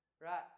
right